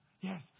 Yes